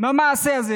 מהמעשה הזה